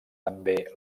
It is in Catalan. també